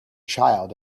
child